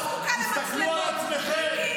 אני לא זקוקה למצלמות.